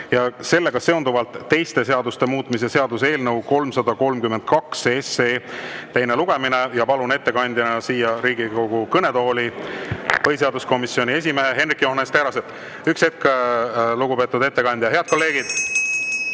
sellega seonduvalt teiste seaduste muutmise seaduse eelnõu 332 teine lugemine. Palun ettekandeks siia Riigikogu kõnetooli põhiseaduskomisjoni esimehe Hendrik Johannes Terrase. Üks hetk, lugupeetud ettekandja. Head kolleegid!